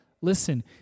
listen